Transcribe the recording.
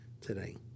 today